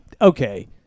Okay